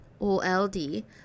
O-L-D